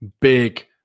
big